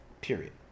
period